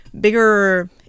bigger